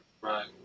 right